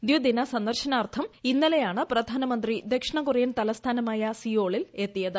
ദ്വിദിന സന്ദർശനാർത്ഥം ഇന്നലെയാണ് പ്രധാനമന്ത്രി ദക്ഷിണ കൊറിയൻ തലസ്ഥാനമായ സിയോളിൽ എത്തിയത്